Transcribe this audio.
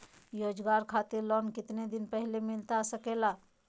रोजगार खातिर लोन कितने दिन पहले मिलता सके ला?